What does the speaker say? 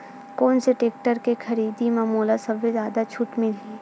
कोन से टेक्टर के खरीदी म मोला सबले जादा छुट मिलही?